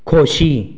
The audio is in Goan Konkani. खोशी